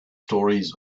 stories